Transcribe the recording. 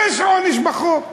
יש עונש בחוק.